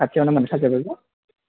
खाथियावनो मोनखाजोबोब्ला